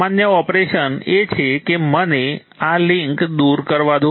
સામાન્ય ઓપરેશન એ છે કે મને આ લિન્ક દૂર કરવા દો